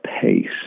pace